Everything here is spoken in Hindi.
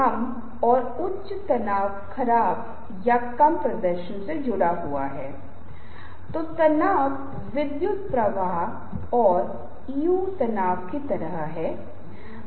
अब अगर ऐसा है तो जाहिर है प्रस्तुति संदर्भ बॉडी लैंग्वेज आपकी उपस्थिति आपकी ड्रेस कोड ये सभी चीजें बहुत महत्वपूर्ण भूमिका निभाने वाली हैं